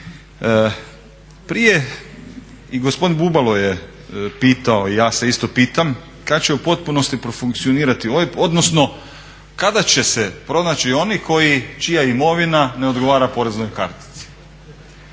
Prije i gospodin Bubalo je pitao i ja se isto pitam kad će u potpunosti profunkcionirati OIB, odnosno kada će se pronaći oni čija imovina ne odgovara poreznoj kartici.